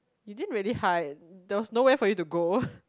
you didn't really hide there was nowhere for you to go